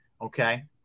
okay